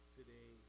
today